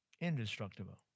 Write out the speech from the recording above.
Indestructible